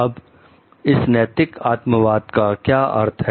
अब एस नैतिक आत्मवाद का क्या अर्थ है